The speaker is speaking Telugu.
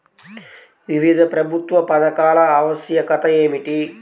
వివిధ ప్రభుత్వ పథకాల ఆవశ్యకత ఏమిటీ?